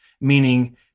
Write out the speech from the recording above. meaning